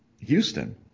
Houston